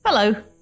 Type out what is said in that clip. Hello